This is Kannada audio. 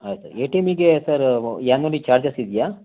ಆಯ್ತು ಎ ಟಿ ಎಮಿಗೇ ಸರ್ ಯಾನ್ವಲಿ ಚಾರ್ಜಸ್ ಇದೆಯಾ